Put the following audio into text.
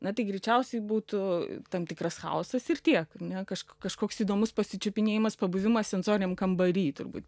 na tai greičiausiai būtų tam tikras chaosas ir tiek ne kažkur kažkoks įdomus pasičiupinėdamas pabuvimas sensoriniam kambary turbūt